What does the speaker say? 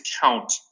count